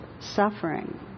suffering